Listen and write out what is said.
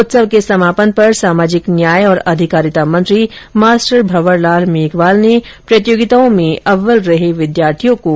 उत्सव के समापन पर सामाजिक न्याय और अधिकारिता मंत्री मास्टर भंवर लाल ने मेघवाल ने प्रतियोगिताओं में अव्वल रहे विद्यार्थियों को सम्मानित किया